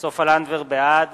בעד